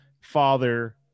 father